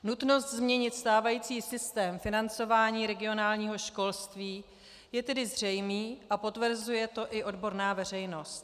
Nutnost změnit stávající systém financování regionálního školství je tedy zřejmá a potvrzuje to i odborná veřejnost.